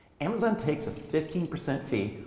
amazon takes a fifteen percent fee,